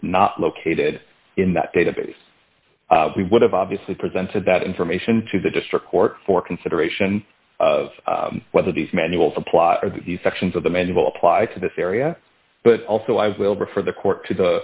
not located in that database we would have obviously presented that information to the district court for consideration of whether these manuals apply the sections of the manual apply to this area but also i will refer the court to the